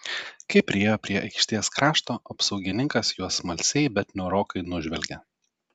kai priėjo prie aikštės krašto apsaugininkas juos smalsiai bet niūrokai nužvelgė